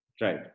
Right